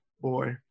boy